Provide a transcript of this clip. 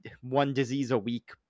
one-disease-a-week